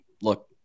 look